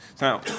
Now